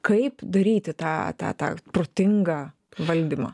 kaip daryti tą tą tą protingą valdymą